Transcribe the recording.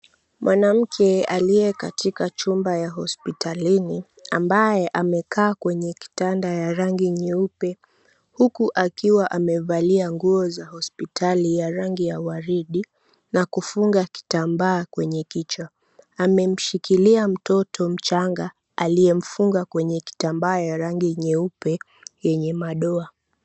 Mwanamke aliye katika chumba ya hospitalini ambaye amekaa kwenye kitanda ya rangi nyeupe huku akiwa amevalia nguo za hospitali ya rangi ya waridi na kufunga kitambaa kwenye kichwa. Amemshikilia mtoto mchanga aliyemfunga kwenye kitambaa ya rangi nyeupe yenye madoa.